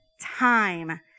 time